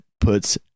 puts